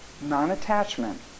non-attachment